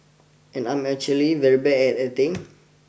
and I'm actually very bad at acting